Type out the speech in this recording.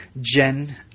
Jen